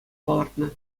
палӑртнӑ